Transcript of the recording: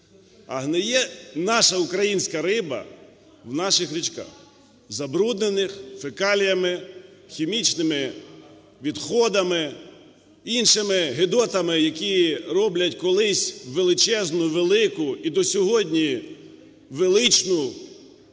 А гниє наша українська риба в наших річках, забруднених фекаліями, хімічними відходами, іншими гидотами, які роблять колись величезну, велику і до сьогодні величну